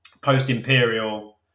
post-imperial